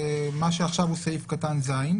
מה שעכשיו הוא סעיף (ז),